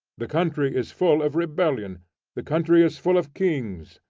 the country is full of rebellion the country is full of kings.